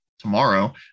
Tomorrow